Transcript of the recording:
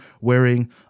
wearing